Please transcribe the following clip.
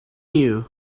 you